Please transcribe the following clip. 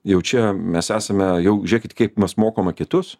jau čia mes esame jau žėkit kaip mes mokome kitus